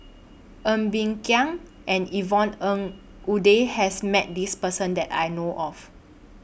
Ng Bee Kia and Yvonne Ng Uhde has Met This Person that I know of